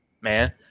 man